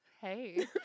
Hey